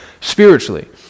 spiritually